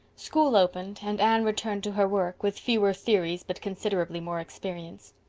school opened and anne returned to her work, with fewer theories but considerably more experience.